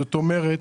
זאת אומרת,